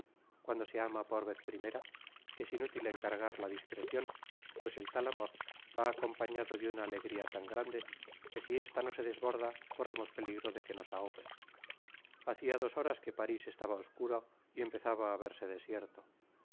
cuando se ama por vez primera es inútil encargar la discrecion pues es títí amor va acompañado de una alegría tan grande que si esta no se desborda corremos peligro de que nos ahogue hacia dos horas que parís estaba oscuro y empezaba á terse